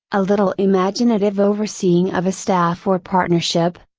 a little imaginative overseeing of a staff or partnership,